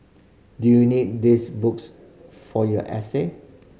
do you need these books for your essay